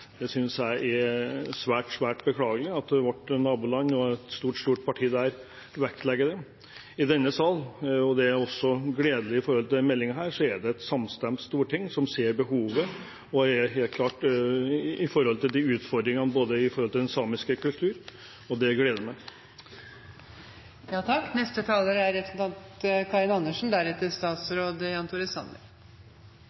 er svært beklagelig at vårt naboland og et stort parti der vektlegger det. I denne sal – og det er også gledelig når det gjelder denne meldingen – er det et samstemt storting som helt klart ser behovene med hensyn til utfordringene for den samiske kulturen, og det gleder meg. Staten Norge er etablert på territoriet til to folk: nordmenn og samer. Jeg velger å starte med det sjøl om dette er